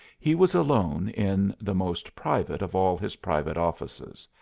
he was alone in the most private of all his private offices,